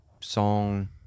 song